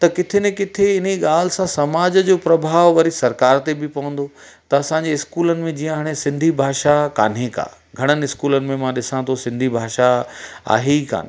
त किथे न किथे इन ॻाल्हि सां समाज जो प्रभाव वरी सरकार ते बि पवंदो त असांजी इस्कूलनि में जीअं हाणे सिंधी भाषा कोन्हे का घणण इस्कूलनि में मां ॾिसा थो सिंधी भाषा आहे ई कोन्ह